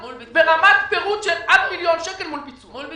ברמת פירוט של עד מיליון שקל מול ביצוע.